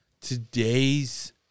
today's